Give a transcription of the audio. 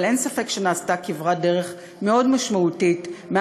אבל אין ספק שנעשתה כברת דרך משמעותית מאוד